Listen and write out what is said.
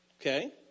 Okay